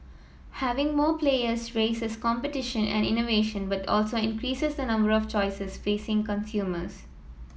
having more players raises competition and innovation but also increases the number of choices facing consumers